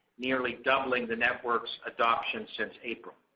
nearly doubling the network's adoption since april.